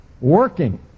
working